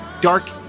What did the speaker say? Dark